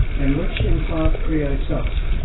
and which in part creates us,